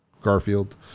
garfield